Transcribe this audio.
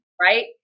Right